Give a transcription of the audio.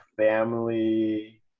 family